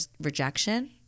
rejection